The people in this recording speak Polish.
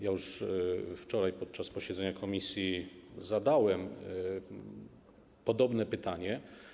Ja już wczoraj podczas posiedzenia komisji zadałem podobne pytanie.